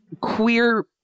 queer